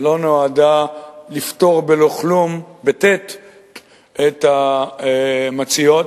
לא נועדה לפטור בלא כלום את המציעות,